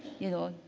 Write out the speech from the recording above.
you know,